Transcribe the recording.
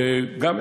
וגם,